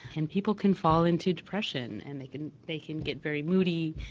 and people can fall into depression, and they can they can get very moody,